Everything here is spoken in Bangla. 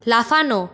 লাফানো